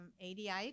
ADI